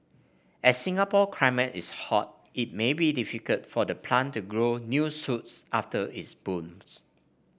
as Singapore climate is hot it may be difficult for the plant to grow new shoots after it blooms